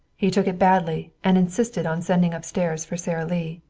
he took it badly and insisted on sending upstairs for sara lee.